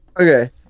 Okay